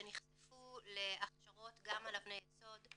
שנחשפו להכשרות גם על אבני יסוד,